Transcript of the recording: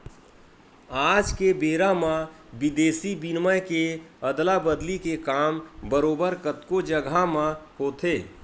आज के बेरा म बिदेसी बिनिमय के अदला बदली के काम बरोबर कतको जघा म होथे